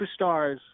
superstars